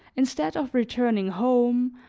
instead of returning home,